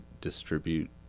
distribute